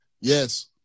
Yes